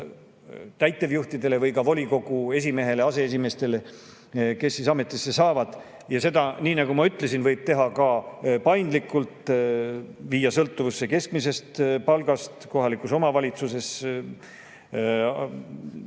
täitevjuhtidele või ka volikogu esimehele ja aseesimeestele, kes ametisse saavad. Seda, nagu ma ütlesin, võib teha ka paindlikult, viia sõltuvusse keskmisest palgast kohalikus omavalitsuses, lisada